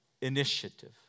initiative